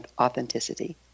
authenticity